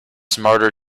smarter